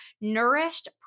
Nourished